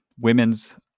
women's